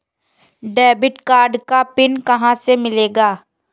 Debit card का PIN कहां से मिलेगा?